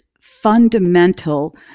fundamental